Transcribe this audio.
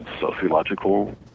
sociological